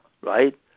right